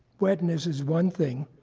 wetness is one thing,